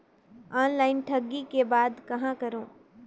Online ठगी के बाद कहां करों?